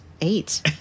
eight